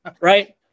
Right